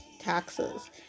taxes